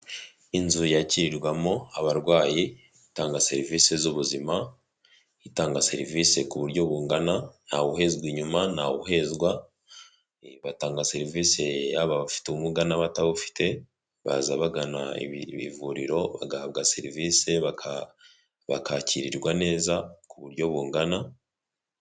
Inzu yakirirwamo abarwayi, itanga serivisi z'ubuzima, itanga serivisi ku buryo bungana, ntawuhezwa inyuma, ntawuhezwa, batanga serivisi yaba abafite ubumuga n'abatabufite, baza bagana iri vuriro bagahabwa serivisi bakakirirwa neza ku buryo bungana.